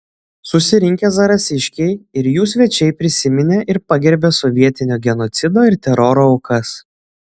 susirinkę zarasiškiai ir jų svečiai prisiminė ir pagerbė sovietinio genocido ir teroro aukas